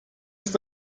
ist